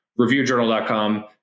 reviewjournal.com